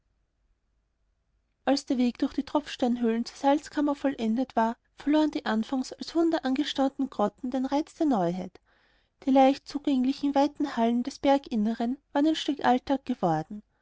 als der weg durch die tropfsteinhöhlen zur salzkammer vollendet war verloren die anfangs als wunder angestaunten grotten den reiz der neuheit die leicht zugänglichen weiten hallen des berginnern waren ein stück alltag geworden